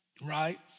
Right